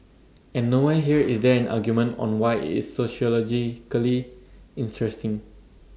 and nowhere here is there an argument on why it's sociologically interesting